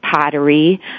pottery